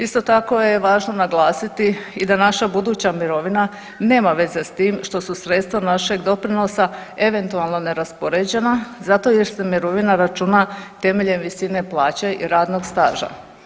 Isto tako je važno naglasiti i da naša buduća mirovina nema veze s tim što su sredstva našeg doprinosa eventualno neraspoređena zato jer se mirovina računa temeljem visine plaće i radnog staža.